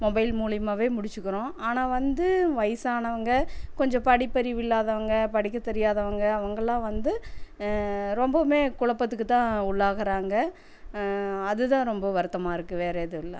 mobile மூலயமாவே முடிச்சிக்கிறோம் ஆனால் வந்து வயசானவங்க கொஞ்சம் படிப்பறிவு இல்லாதவங்கள் படிக்கத் தெரியாதவங்கள் அவங்கெல்லாம் வந்து ரொம்பவுமே குழப்பத்துக்கு தான் உள்ளாகுறாங்க அது தான் ரொம்ப வருத்தமாக இருக்குது வேற எதும் இல்லை